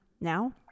Now